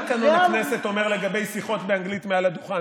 מה תקנון הכנסת אומר לגבי שיחות באנגלית מעל הדוכן?